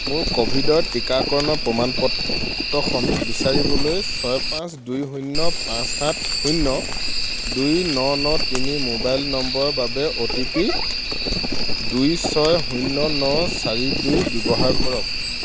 মোৰ ক'ভিডৰ টিকাকৰণৰ প্ৰমাণ পত্ৰখন বিচাৰিবলৈ ছয় পাঁচ দুই শূন্য পাঁচ সাত শূন্য দুই ন ন তিনি মোবাইল নম্বৰৰ বাবে অ' টি পি দুই ছয় শূন্য ন চাৰি দুই ব্যৱহাৰ কৰক